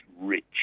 rich